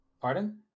pardon